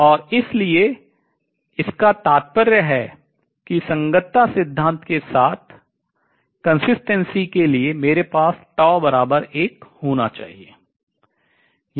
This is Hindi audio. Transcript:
और इसलिए इसका तात्पर्य है कि संगतता सिद्धांत के साथ consistency निरंतरता के लिए मेरे पास होना चाहिए